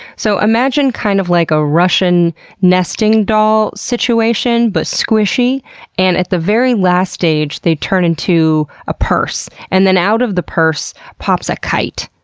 so imagine kind of like a russian nesting doll situation but squishy and at the very last stage, they turn into a purse, and then out of the purse pops a kite,